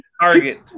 Target